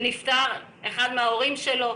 שאחד ההורים נפטר.